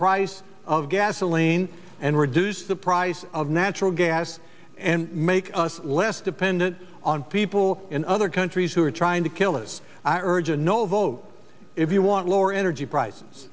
price of gasoline and reduce the price of natural gas and make us less dependent on people in other countries who are trying to kill us i urge a no vote if you want lower energy prices